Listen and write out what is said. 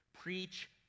preach